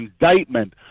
indictment